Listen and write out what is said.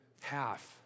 half